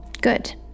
Good